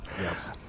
Yes